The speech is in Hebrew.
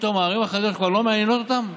פתאום הערים החרדיות כבר לא מעניינות אותם?